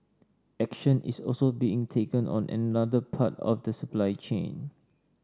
action is also being taken on another part of the supply chain